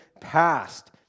past